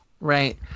Right